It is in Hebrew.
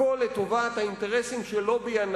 הכול לטובת האינטרסים של הלובי החזק של